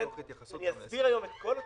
אני אסביר היום את כל התוכנית,